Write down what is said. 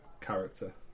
character